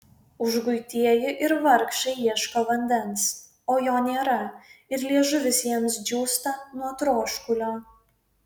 užguitieji ir vargšai ieško vandens o jo nėra ir liežuvis jiems džiūsta nuo troškulio